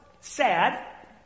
sad